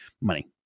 money